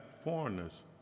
foreigners